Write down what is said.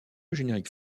générique